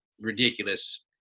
ridiculous